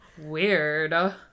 Weird